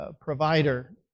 provider